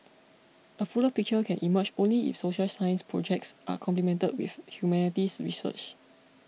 a fuller picture can emerge only if social science projects are complemented with humanities research